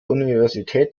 universität